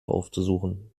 aufzusuchen